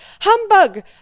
Humbug